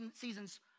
seasons